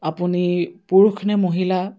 আপুনি পুৰুষ নে মহিলা